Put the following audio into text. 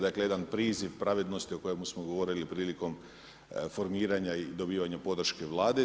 Dakle, jedan priziv pravednosti, o kojemu smo govorili prilikom formiranja i dobivanja podrške Vlade.